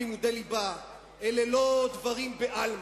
אלה לא דברים בעלמא.